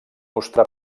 mostrà